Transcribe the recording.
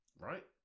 right